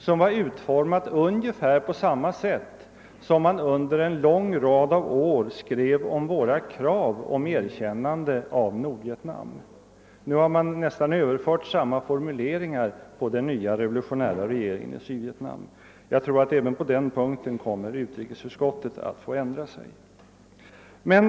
Detta utlåtande innehåller ungefär samma formuleringar som under en lång rad av år förekom i svar på våra krav om erkännande av Nordvietnam. Formuleringarna gäller nu den nya revolutionära regeringen i Sydvietnam. Även på den punkten tror jag att utrikesutskottet kommer att få ändra inställning.